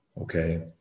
okay